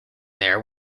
there